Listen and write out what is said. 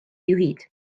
juhid